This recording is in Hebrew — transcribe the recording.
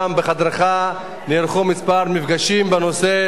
גם בחדרך נערכו כמה מפגשים בנושא,